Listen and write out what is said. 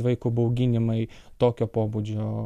vaiko bauginimai tokio pobūdžio